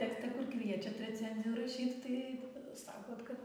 tekste kur kviečiat recenzijų rašyt tai sakot kad